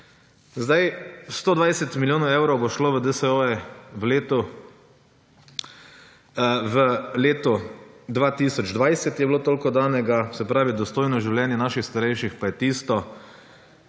Zdaj, 120 milijonov evrov bo šlo v DSO-je v letu, v letu 2020 je bilo toliko danega. Se pravi, dostojno življenje naših starejših pa je tisto,